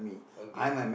okay